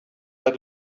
had